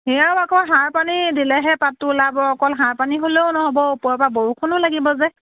সেয়াও আকৌ সাৰ পানী দিলেহে পাতটো ওলাব অকল সাৰ পানী হ'লেও নহ'ব ওপৰৰ পৰা বৰষুণো লাগিব যে